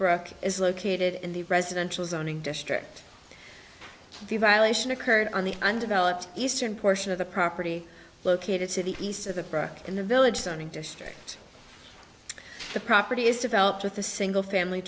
brook is located in the residential zoning district the violation occurred on the undeveloped eastern portion of the property located to the east of a in the village sunning district the property is developed with the single family